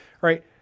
right